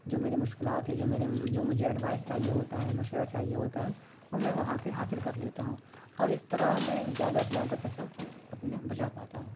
جو میرے مشکلات ہے جو میرے جو مجھے ایڈوائز چاہیے ہوتا ہے مشورہ چاہیے ہوتا ہے وہ میں وہاں سے حاصل کر لیتا ہوں اور اس طرح میں زیادہ سے زیادہ پیسہ اپنا بچا پاتا ہوں